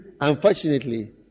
unfortunately